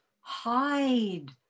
hide